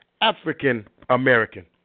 African-American